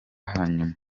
hanyuma